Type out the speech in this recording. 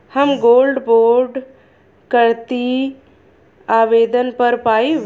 हम gold bond करती आवेदन कर पाईब?